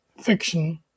fiction